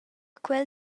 quel